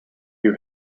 you